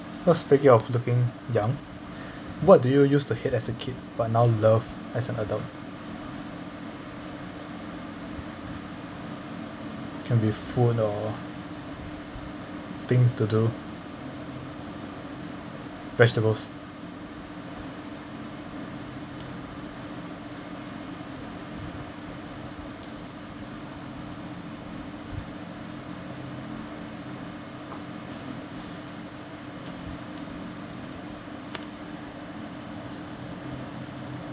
oh speaking of looking young what do you used to hate as a kid but now love as an adult can be food or things to do vegetables